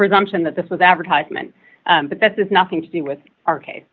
presumption that this was an advertisement but this is nothing to do with our case